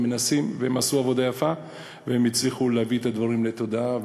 והם עשו עבודה יפה והצליחו להביא את הדברים לתודעה,